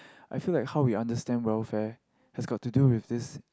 I feel like how we understand welfare has got to do with this